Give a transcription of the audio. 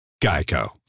Geico